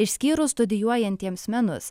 išskyrus studijuojantiems menus